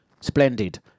Splendid